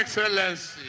Excellency